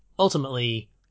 ultimately